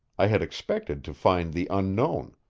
i had expected to find the unknown,